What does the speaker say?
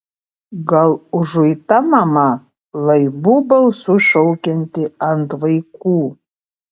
gal užuita mama laibu balsu šaukianti ant vaikų